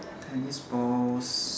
tennis balls